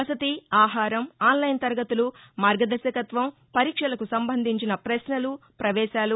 వసతి ఆహారం ఆన్లైన్ తరగతులు మార్గదర్భకత్వం పరీక్షలకు సంబంధించిన ప్రశ్నలు ప్రవేశాలు